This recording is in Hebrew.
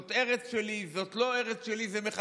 זאת ארץ שלי, זאת לא ארץ שלי, זה מחלחל.